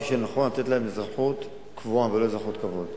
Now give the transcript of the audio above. שנכון לתת להם אזרחות קבועה ולא אזרחות כבוד.